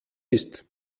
ist